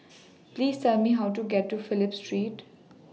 Please Tell Me How to get to Phillip Street